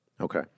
Okay